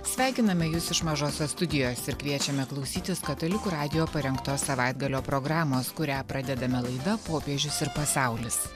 sveikiname jus iš mažosios studijos ir kviečiame klausytis katalikų radijo parengtos savaitgalio programos kurią pradedame laida popiežius ir pasaulis